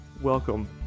Welcome